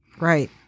Right